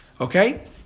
Okay